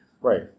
Right